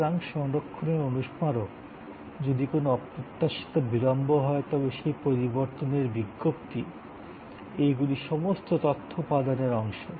সুতরাং সংরক্ষণের অনুস্মারক যদি কোনো অপ্রত্যাশিত বিলম্ব হয় তবে সেই পরিবর্তনের বিজ্ঞপ্তি এগুলি সমস্ত তথ্য উপাদানের অংশ